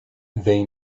they